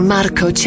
Marco